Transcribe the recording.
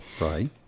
Right